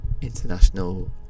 international